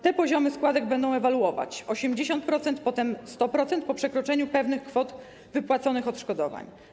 Te poziomy składek będą ewoluować: 80%, potem 100% - po przekroczeniu pewnych kwot wypłaconych odszkodowań.